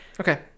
Okay